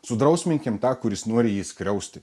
sudrausminkim tą kuris nori jį skriausti